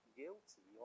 guilty